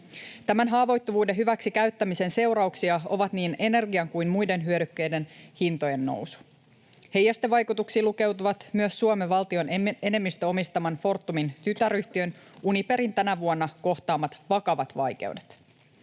Tämän haavoittuvuuden hyväksikäyttämisen seurauksia ovat niin energian kuin muiden hyödykkeiden hintojen nousu. Heijastevaikutuksiin lukeutuvat myös Suomen valtion enemmistöomistaman Fortumin tytäryhtiön Uniperin tänä vuonna kohtaamat vakavat vaikeudet.